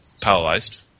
paralyzed